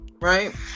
right